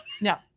No